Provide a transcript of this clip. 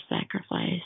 sacrifice